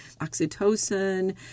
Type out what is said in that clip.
oxytocin